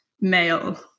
male